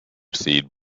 seed